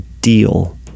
deal